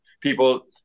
people